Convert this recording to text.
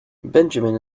benjamin